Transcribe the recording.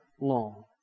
long